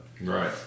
Right